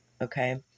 okay